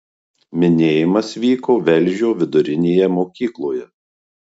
minėjimas vyko velžio vidurinėje mokykloje